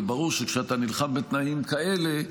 וברור שכאשר אתה נלחם בתנאים כאלה,